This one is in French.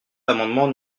l’amendement